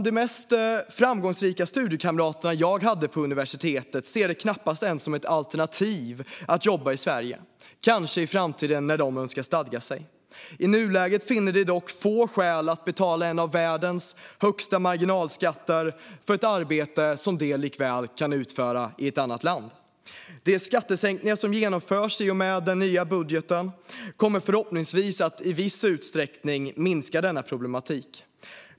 De mest framgångsrika studiekamraterna jag hade på universitetet ser det knappast ens som ett alternativ att jobba i Sverige. Kanske kan de göra det i framtiden, när de önskar stadga sig, men i nuläget finner de få skäl att betala en av världens högsta marginalskatter för ett arbete som de lika väl kan utföra i ett annat land. De skattesänkningar som genomförs i och med den nya budgeten kommer förhoppningsvis att i viss utsträckning minska denna problematik.